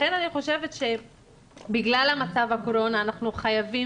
לכן אני חושבת שבגלל המצב בקורונה אנחנו חייבים,